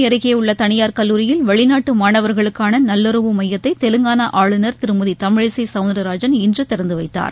மாவட்டச் செய்திகள் கோவை அருகே உள்ள தனியார் கல்லூரியில் வெளிநாட்டு மாணவர்களுக்கான நல்லுறவு மையத்தை தெலங்கானா ஆளுநர் திருமதி தமிழிசை சவுந்தரராஜன் இன்று திறந்து வைத்தார்